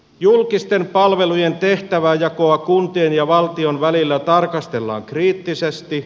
julkisten palveluiden tehtäväjakoa kuntien ja valtion välillä tarkastellaan kriittisesti